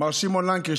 מר שמעון לנקרי,